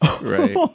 Right